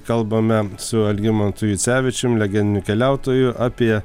kalbame su algimantu jucevičium legendiniu keliautoju apie